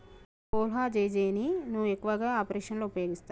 కొల్లాజెజేని ను ఎక్కువగా ఏ ఆపరేషన్లలో ఉపయోగిస్తారు?